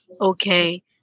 okay